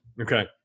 Okay